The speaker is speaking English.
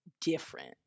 different